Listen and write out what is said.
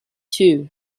too